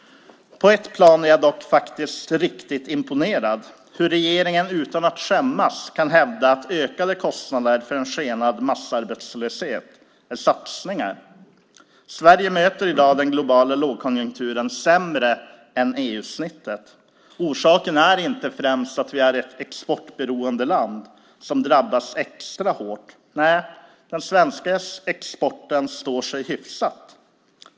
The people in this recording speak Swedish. På ett plan är jag dock faktiskt riktigt imponerad: hur regeringen utan att skämmas kan hävda att ökade kostnader för en skenande massarbetslöshet är satsningar. Sverige möter i dag den globala lågkonjunkturen sämre än EU-snittet. Orsaken är inte främst att vi är ett exportberoende land som drabbas extra hårt. Nej, den svenska exporten står sig hyfsat.